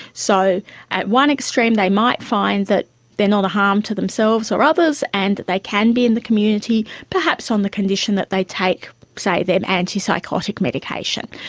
so at one extreme they might find that they are not a harm to themselves or others, and they can be in the community, perhaps on the condition that they take, say, their antipsychotic medication.